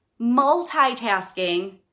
multitasking